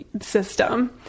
system